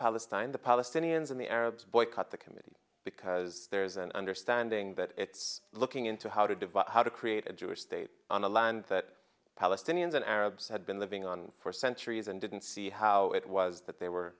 palestine the palestinians and the arabs boycott the can because there's an understanding that it's looking into how to divide how to create a jewish state on a land that palestinians and arabs had been living on for centuries and didn't see how it was that they were